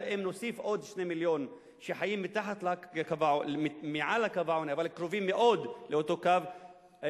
אם נוסיף עוד 2 מיליון שחיים מעל לקו העוני אבל קרובים מאוד לאותו קו,